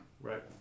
Right